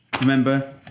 Remember